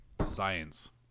Science